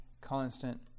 constant